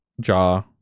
jaw